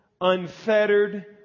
unfettered